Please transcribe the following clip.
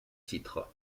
titres